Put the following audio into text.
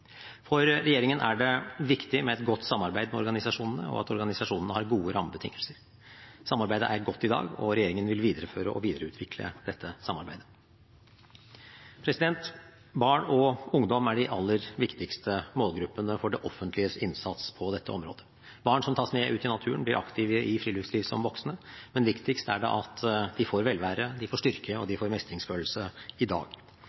For regjeringen er det viktig med et godt samarbeid med organisasjonene og at organisasjonene har gode rammebetingelser. Samarbeidet er godt i dag, og regjeringen vil videreføre og videreutvikle dette samarbeidet. Barn og ungdom er de aller viktigste målgruppene for det offentliges innsats på dette området. Barn som tas med ut i naturen, blir aktive i friluftsliv som voksne. Men viktigst er det at de får velvære, at de får styrke, og at de får mestringsfølelse i dag.